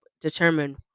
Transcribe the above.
determine